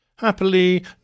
Happily